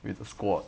with a squad